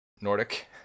Nordic